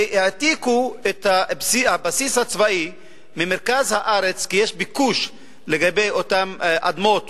העתיקו את הבסיס הצבאי ממרכז הארץ כי יש ביקוש לאותן אדמות